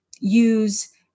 use